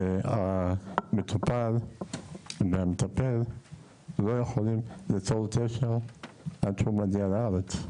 המטופל והמטפל לא יכולים ליצור קשר עד שהוא מגיע לארץ.